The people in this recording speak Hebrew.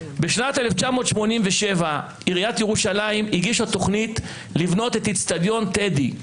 בשנת 1987 עיריית ירושלים הגישה תוכנית לבנות את אצטדיון טדי.